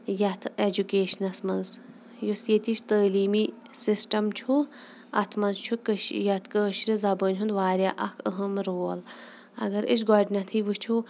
یَتھ ایجوٗکیشنَس منٛز یُس ییٚتِچ تعلِمی سِسٹم چھُ اَتھ منٛز چھُ کٲشری زَبٲنۍ ہُند واریاہ اکھ اَہم رول اَگر أسۍ گۄڈٕنیتھٕے وٕچھو